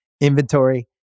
inventory